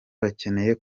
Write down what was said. bakeneye